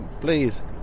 please